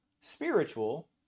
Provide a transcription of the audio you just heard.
spiritual